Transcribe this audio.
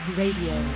radio